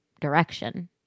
direction